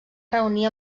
reunir